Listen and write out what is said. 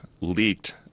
leaked